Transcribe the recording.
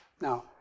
Now